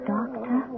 Doctor